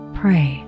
pray